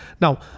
Now